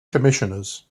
commissioners